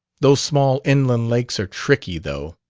those small inland lakes are tricky, though.